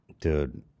Dude